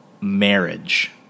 Marriage